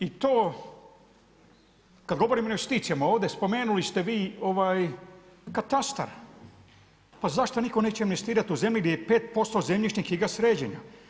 I kad govorimo o investicijama ovdje, spomenuli ste vi katastar, pa zašto nitko neće investirati u zemlji gdje je 5% zemljišnih knjiga sređeno?